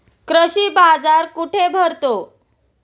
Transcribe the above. कृषी बाजार कुठे भरतो?